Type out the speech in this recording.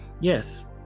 Yes